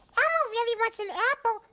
really wants an apple,